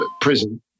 prison